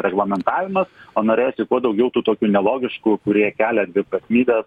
reglamentavimas o norėjosi kuo daugiau tų tokių nelogiškų kurie kelia dviprasmybes